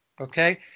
okay